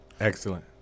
Excellent